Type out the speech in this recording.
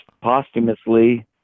posthumously